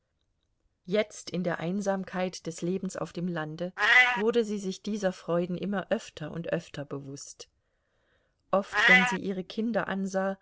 jetzt in der einsamkeit des lebens auf dem lande wurde sie sich dieser freuden immer öfter und öfter bewußt oft wenn sie ihre kinder ansah